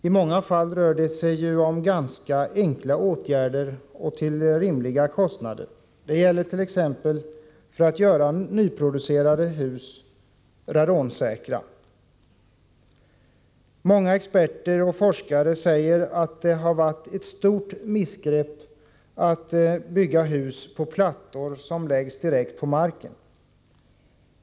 I många fall rör det sig om ganska enkla åtgärder, som kan genomföras till rimliga kostnader. Detta gäller exempelvis åtgärder för att se till att nyproducerade hus blir radonfria. Många experter och forskare säger att det har varit ett stort misstag att bygga hus på plattor som lagts direkt på marken.